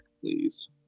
please